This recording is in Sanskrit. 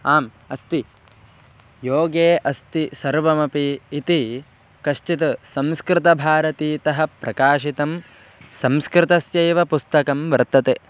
आम् अस्ति योगे अस्ति सर्वमपि इति कश्चित् संस्कृतभारतीतः प्रकाशितं संस्कृतस्यैव पुस्तकं वर्तते